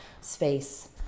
space